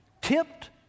tipped